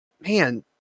man